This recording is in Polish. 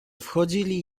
wchodzili